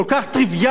כל כך טריוויאלית,